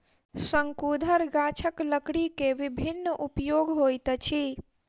शंकुधर गाछक लकड़ी के विभिन्न उपयोग होइत अछि